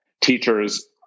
teachers